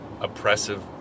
oppressive